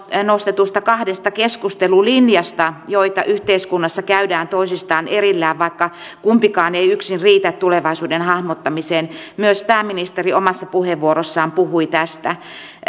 nostetusta kahdesta keskustelulinjasta joita yhteiskunnassa käydään toisistaan erillään vaikka kumpikaan ei yksin riitä tulevaisuuden hahmottamiseen myös pääministeri omassa puheenvuorossaan puhui tästä